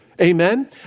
amen